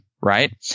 right